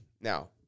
Now